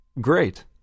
Great